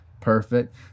perfect